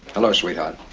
hello, sweetheart.